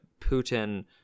Putin